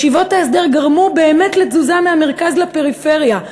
ישיבות ההסדר גרמו באמת לתזוזה מהמרכז לפריפריה,